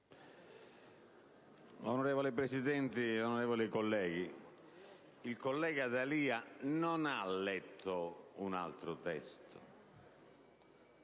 Onorevole Presidente, onorevoli colleghi, il collega D'Alia non ha letto un altro testo.